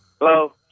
Hello